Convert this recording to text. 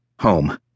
Home